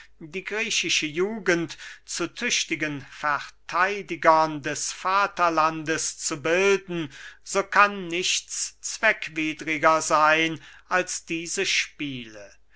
die griechische jugend zu tüchtigen vertheidigern des vaterlandes zu bilden so kann nichts zweckwidriger seyn als diese spiele